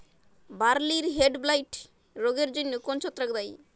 বার্লির হেডব্লাইট রোগের জন্য কোন ছত্রাক দায়ী?